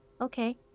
Okay